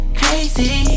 crazy